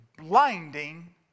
Blinding